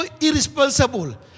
irresponsible